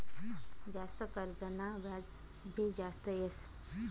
जास्त कर्जना व्याज भी जास्त येस